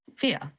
fear